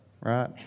right